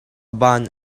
ban